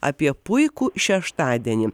apie puikų šeštadienį